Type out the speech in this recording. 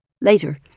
Later